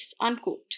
unquote